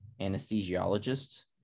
anesthesiologist